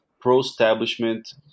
pro-establishment